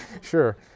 Sure